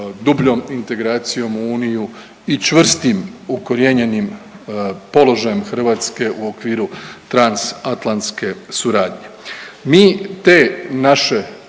dubljom integracijom u Uniju i čvrstim ukorijenjenim položajem Hrvatske u okviru transatlantske suradnje.